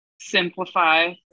simplify